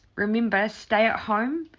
remember, stay at home,